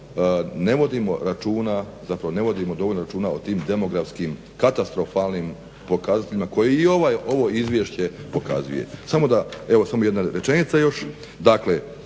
ne vodimo dovoljno računa o tim demografskim katastrofalnim pokazateljima koje i ovo izvješće pokazuje. Evo samo još jedna rečenica.